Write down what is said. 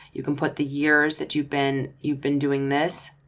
you can put the years that you've been you've been doing this